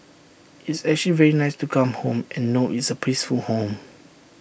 it's actually very nice to come home and know it's A peaceful home